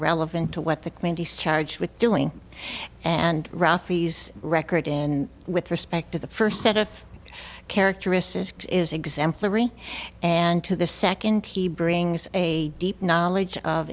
relevant to what the committees charged with doing and rafi's record in with respect to the first set of characterises is exemplary and to the second he brings a deep knowledge of